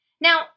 Now